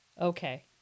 Okay